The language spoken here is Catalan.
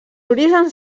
orígens